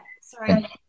sorry